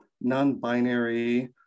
non-binary